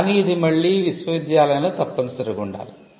కానీ ఇది మళ్ళీ విశ్వవిద్యాలయంలో తప్పనిసరిగా ఉండాలి